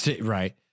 Right